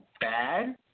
bad –